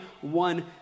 one